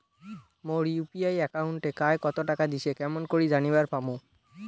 মোর UPI একাউন্টে কায় কতো টাকা দিসে কেমন করে জানিবার পামু?